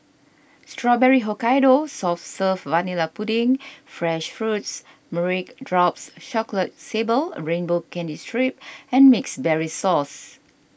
Strawberry Hokkaido soft serve vanilla pudding fresh fruits meringue drops chocolate sable a rainbow candy strip and mixed berries sauce